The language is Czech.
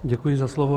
Děkuji za slovo.